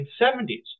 1970s